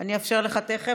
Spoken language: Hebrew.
אני אאפשר לך תכף.